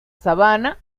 sabana